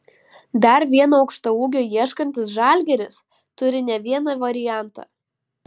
dar vieno aukštaūgio ieškantis žalgiris turi ne vieną variantą